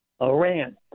Iran